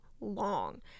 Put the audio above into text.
long